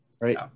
Right